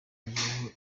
yagejejweho